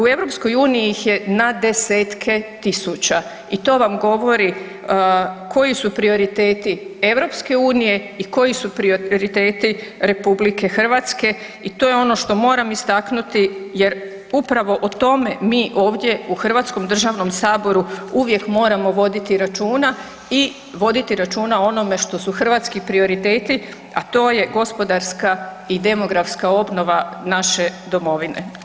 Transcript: U EU ih je na desetke tisuća i to vam govori koji su prioriteti EU i koji su prioriteti RH i to je ono što moram istaknuti jer upravo o tome mi ovdje u Hrvatskom državnom saboru uvijek moramo voditi računa i voditi računa o onome što su hrvatski prioriteti, a to je gospodarska i demografska obnova naše domovine.